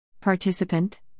Participant